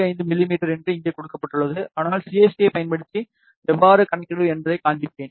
5 மிமீ என்று இங்கே கொடுக்கப்பட்டுள்ளது ஆனால் சிஎஸ்டியைப் பயன்படுத்தி எவ்வாறு கணக்கிடுவது என்பதைக் காண்பிப்பேன்